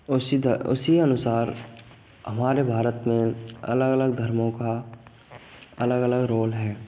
उसी के उसी अनुसार हमारे भारत में अलग अलग धर्मों का अलग अलग रोल है